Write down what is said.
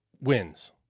wins